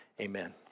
amen